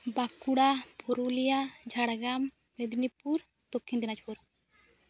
Bankura Purulia Jhargram Medinipur Dakshin Dinajpur